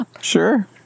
Sure